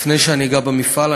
לפני שאני אגע במפעל,